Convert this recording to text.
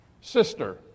sister